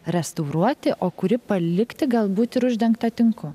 restauruoti o kurį palikti galbūt ir uždengtą tinku